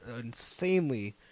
insanely